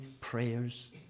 prayers